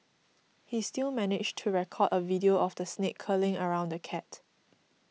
he still managed to record a video of the snake curling around the cat